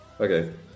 okay